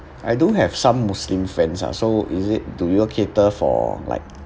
I do have some muslim friends ah so is it do you all cater for like